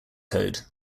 code